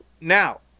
now